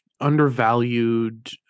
undervalued